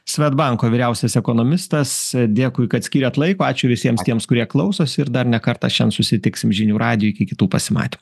svedbanko vyriausias ekonomistas dėkui kad skyrėt laiko ačiū visiems tiems kurie klausosi ir dar ne kartą šiandien susitiksime žinių radijui iki kitų pasimatymų